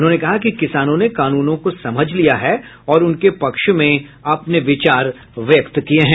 उन्होंने कहा कि किसानों ने कानूनों को समझ लिया है और उनके पक्ष में अपने विचार व्यक्त किये हैं